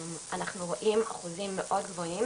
אנחנו רואים אחוזים מאוד גבוהים